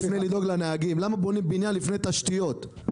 בלי נהג אין אוטובוס ובלי נתיב העדפה